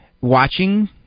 watching